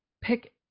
pick